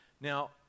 Now